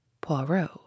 Poirot